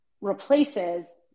replaces